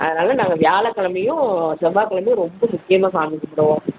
அதனால் நாங்கள் வியாழக்கிழமையும் செவ்வாக்கிழமையும் ரொம்ப முக்கியமாக சாமி கும்பிடுவோம்